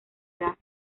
edad